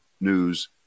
news